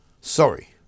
Sorry